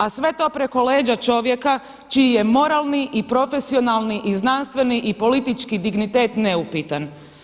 A sve to preko leđa čovjeka čiji je moralni i profesionalni i znanstveni i politički dignitet neupitan.